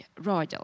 royal